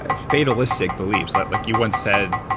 ah fatalistic beliefs, like you once said,